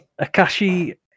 Akashi